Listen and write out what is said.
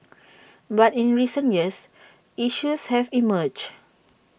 but in recent years issues have emerged